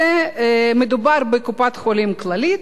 מדובר בקופת-חולים "כללית",